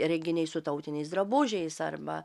renginiai su tautiniais drabužiais arba